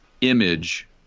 image